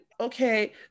okay